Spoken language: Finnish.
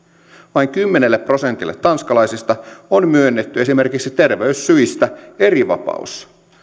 vain kymmenelle prosentille tanskalaisista on myönnetty esimerkiksi terveyssyistä erivapaus